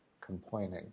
complaining